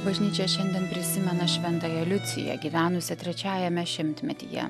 bažnyčia šiandien prisimena šventąją liuciją gyvenusią trečiajame šimtmetyje